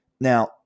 Now